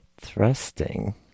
thrusting